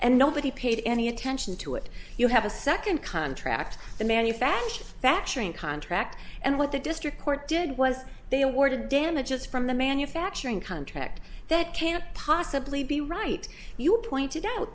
and nobody paid any attention to it you have a second contract to manufacture that contract and what the district court did it was they awarded damages from the manufacturing contract that can't possibly be right you pointed out